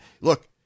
Look